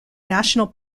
national